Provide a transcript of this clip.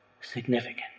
significant